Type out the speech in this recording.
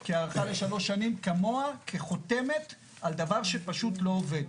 כי הארכה ל-3 שנים כמוה כחותמת על דבר שפשוט לא עובד.